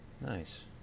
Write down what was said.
Nice